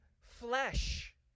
flesh